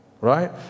right